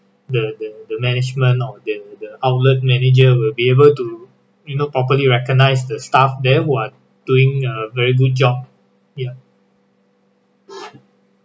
the the the management or the the outlet manager will be able to you know properly recognise the staff there what doing a very good job ya